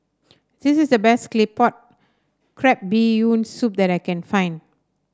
this is the best claypot crab bee yoon soup that I can find